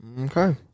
Okay